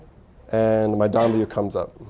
and my dom view comes up.